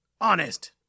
Honest